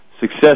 success